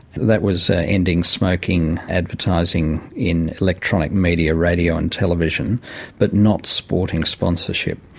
that was ending smoking advertising in electronic media radio and television but not sporting sponsorship.